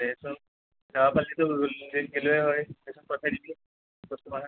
দেচোন যাব পাৰলিটো গেলো এ হৈ দেচোন পঠেই দিবি যদি পাৰা